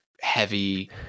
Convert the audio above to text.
heavy